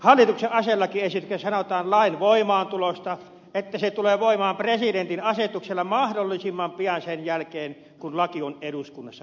hallituksen aselakiesityksessä sanotaan lain voimaantulosta että se tulee voimaan presidentin asetuksella mahdollisimman pian sen jälkeen kun laki on eduskunnassa hyväksytty